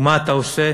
ומה אתה עושה?